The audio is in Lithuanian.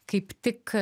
kaip tik